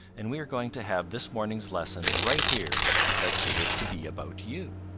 and we are going to have this morning's lesson right here because it is to be about you.